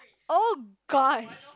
oh gosh